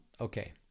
Okay